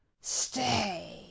stay